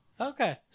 Okay